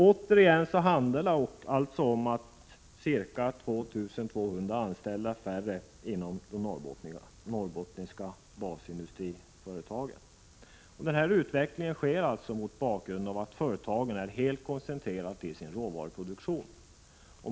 Återigen handlar det alltså om ca 2 200 anställda färre inom de norrbottniska basindustriföretagen. Den här utvecklingen sker mot bakgrund av att företagen är helt koncentrerade till sin råvaruproduktion.